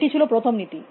এটি ছিল প্রথম নীতি